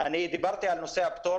נושא הפטור